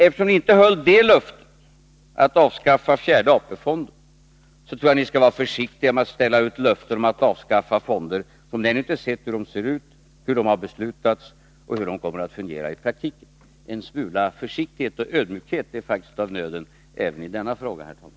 Eftersom ni inte höll löftet att avskaffa fjärde AP-fonden tycker jag ni skall vara försiktiga med att ställa ut löften om att avskaffa fonder, då ni ännu inte sett hur de ser ut, hur de beslutats eller hur de kommer att fungera i praktiken. En smula försiktighet och ödmjukhet är faktiskt av nöden även i denna fråga, herr talman.